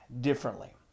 differently